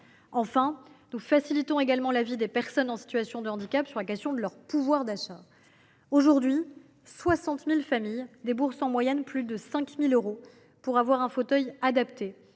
Enfin, nous faciliterons également la vie des personnes en situation de handicap en agissant sur leur pouvoir d’achat. En effet, 60 000 familles déboursent en moyenne plus de 5 000 euros pour acheter un fauteuil adapté